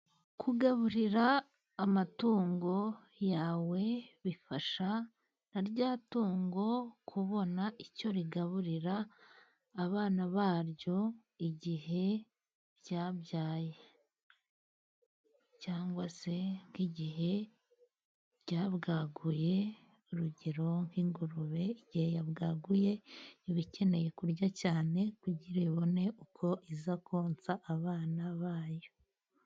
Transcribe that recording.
Kugaburira amatungo yawe bifasha na rya tungo kubona icyo rigaburira abana baryo igihe ryabyaye. Cyangwa se nk'igihe ryabwaguye, urugero nk'ingurube igihe yabwaguye iba ikeneye kurya cyane, kugira ibone uko iza konsa abana ba yo.